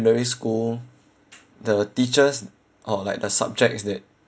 school the teachers or like the subjects that